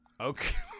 Okay